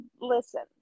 listen